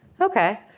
Okay